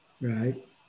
right